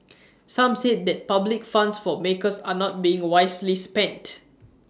some said that public funds for makers are not being wisely spent